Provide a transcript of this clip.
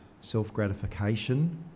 self-gratification